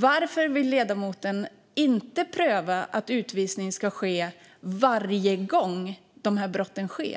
Varför vill inte ledamoten att man prövar om utvisning ska ske varje gång dessa brott begås?